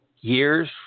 years